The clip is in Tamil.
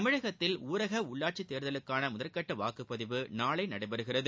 தமிழகத்தில் ஊரக உள்ளாட்சித் தேர்ததலுக்கான முதற்கட்ட வாக்குப் பதிவு நாளை நடைபெறுகிறது